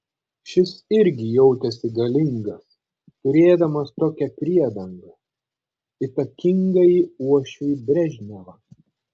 šis irgi jautėsi galingas turėdamas tokią priedangą įtakingąjį uošvį brežnevą